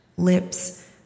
Lips